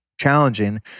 challenging